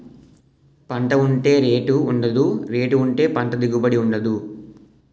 పంట ఉంటే రేటు ఉండదు, రేటు ఉంటే పంట దిగుబడి ఉండదు